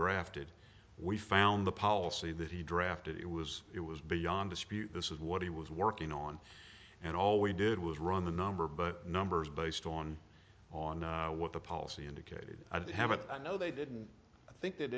drafted we found the policy that he drafted it was it was beyond dispute this is what he was working on and all we did was run the number but numbers based on on what the policy indicated i did have a no they didn't i think they